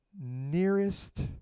nearest